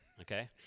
okay